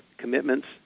commitments